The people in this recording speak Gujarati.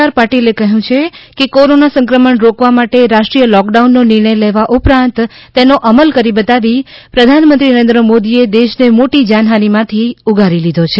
આર પાટિલે કહ્યું છે કે કોરોના સંક્રમણ રોકવા માટે રાષ્ટ્રીય લોક ડાઉન નો નિર્ણયલેવા ઉપરાંત તેનો અમલ કરી બતાવી પ્રધાનમંત્રી નરેન્દ્ર મોદી એ દેશ ને મોટી જાનહાનિ માથી ઉગારી લીઘો છે